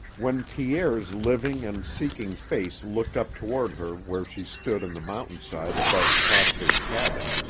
when pierre's living and seeking face looked up toward her where she stood on the mountain-side above prosper's cabin,